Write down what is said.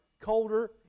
colder